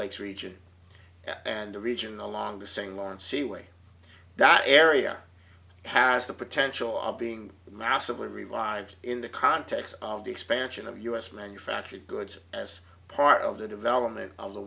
lakes region and the region the longest saying lawrence seaway that area has the potential of being massively revived in the context of the expansion of u s manufactured goods as part of the development of the